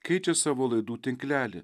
keičia savo laidų tinklelį